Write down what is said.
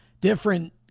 different